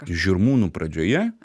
žirmūnų pradžioje